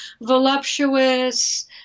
voluptuous